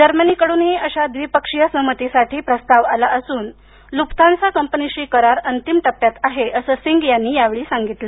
Germany कडूनही अशा द्वीपक्षीय सहमतीसाठी प्रस्ताव आला असून लुफ्तांसा कंपनिशी करार अंतिम टप्प्यात आहे असं सिंग यांनी यावेळी सांगितलं